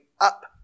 up